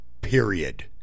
period